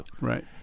Right